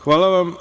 Hvala vam.